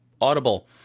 Audible